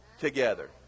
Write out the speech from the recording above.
together